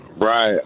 Right